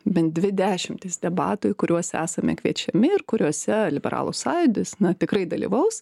bent dvi dešimtys debatų į kuriuos esame kviečiami ir kuriuose liberalų sąjūdis na tikrai dalyvaus